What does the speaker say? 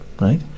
right